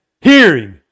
Hearing